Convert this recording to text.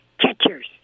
catchers